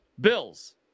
Bills